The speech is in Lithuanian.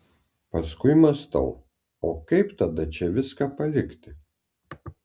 paskui mąstau o kaip tada čia viską palikti